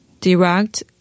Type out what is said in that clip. direct